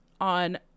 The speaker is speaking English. on